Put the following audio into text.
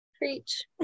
preach